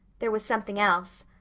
there was something else.